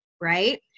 Right